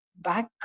Back